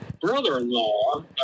brother-in-law